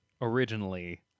Originally